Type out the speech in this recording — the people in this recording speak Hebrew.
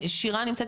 שירה, נשמע